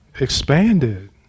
expanded